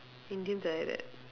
Indians are like that